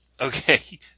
Okay